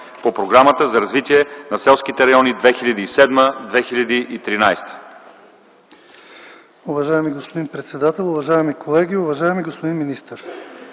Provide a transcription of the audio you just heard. по Програмата за развитие на селските райони 2007-2013